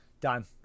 Done